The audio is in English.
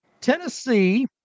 Tennessee